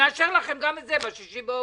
נאשר לכם גם את זה ב-6 לאוגוסט.